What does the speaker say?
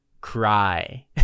cry